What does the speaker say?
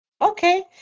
Okay